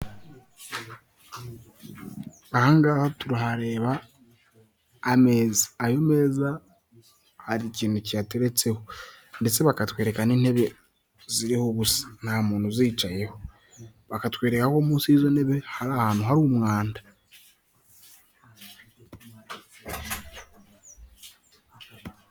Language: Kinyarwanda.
Aha ngaha turahareba ameza. Ayo meza hari ikintu cyiyateretseho, ndetse bakatwereka n'intebe ziriho ubusa, nta muntu uzicayeho, bakatwerekara aho munsi y'izo ntebe hari ahantu hari umwanda.